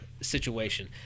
situation